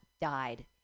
died